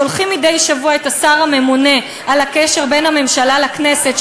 שולחים מדי שבוע את השר הממונה על הקשר בין הממשלה לכנסת,